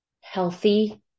healthy